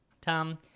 Tom